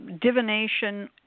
divination